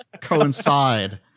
coincide